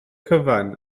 cyfan